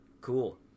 cool